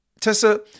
Tessa